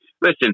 listen